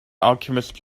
alchemist